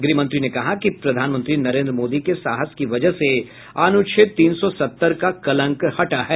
गृह मंत्री ने कहा कि प्रधानमंत्री नरेन्द्र मोदी के साहस की वजह से अनुच्छेद तीन सौ सत्तर का कलंक हटा है